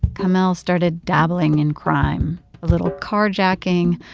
kamel started dabbling in crime a little carjacking,